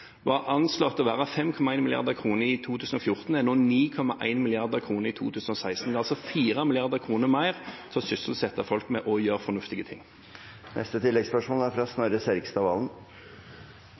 anslått til å være 5,1 mrd. kr i 2014, men det er nå, i 2016, på 9,1 mrd. kr. Det er altså 4 mrd. kr mer til å sysselsette folk og til å gjøre fornuftige ting. Snorre Serigstad Valen – til oppfølgingsspørsmål. Mitt spørsmål er